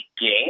game